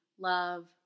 love